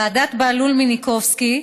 ועדת בהלול-מינקובסקי,